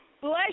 bless